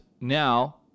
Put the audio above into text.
now